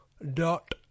dot